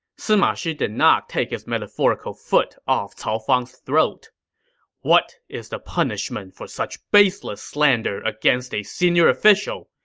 sima shi did not take his metaphorical foot off cao fang's throat what is the punishment for such baseless slander against a senior official!